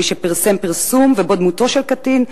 מי שפרסם פרסום ובו דמותו של קטין,